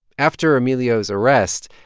after emilio's arrest,